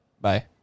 Bye